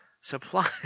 Supply